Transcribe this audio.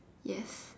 yes